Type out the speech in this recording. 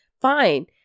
Fine